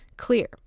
Clear